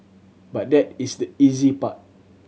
but that is the easy part